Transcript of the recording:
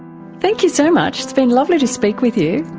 thank you so much, it's been lovely to speak with you.